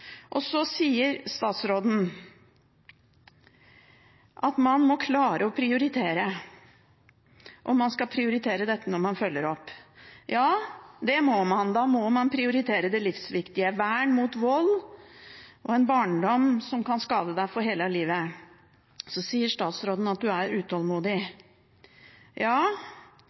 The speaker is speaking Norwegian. sier at man må klare å prioritere, og at man skal prioritere dette når man følger opp. Ja, da må man prioritere det livsviktige: vern mot vold og en barndom som kan skade en for hele livet. Statsråden sier at hun er utålmodig,